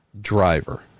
driver